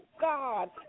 God